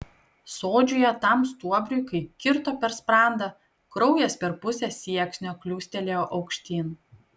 sodžiuje tam stuobriui kai kirto per sprandą kraujas per pusę sieksnio kliūstelėjo aukštyn